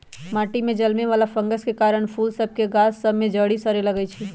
माटि में जलमे वला फंगस के कारन फूल सभ के गाछ सभ में जरी सरे लगइ छै